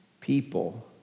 people